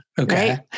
Okay